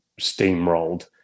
steamrolled